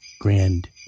Grand